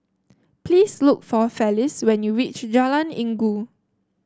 please look for Felice when you reach Jalan Inggu